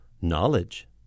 Knowledge